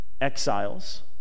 exiles